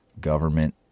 government